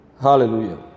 Hallelujah